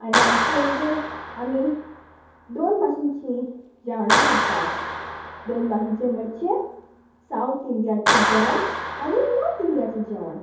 आनी आमचे इंडयेंत आमी दोन भाशेचीं जेवणां करतात दोन भाशेचें म्हणचें सावत इंडियाचें जेवण आनी नोर्थ इंडियाचें जेवण